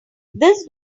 this